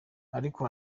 ariko